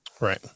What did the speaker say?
Right